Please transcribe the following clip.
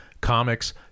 comics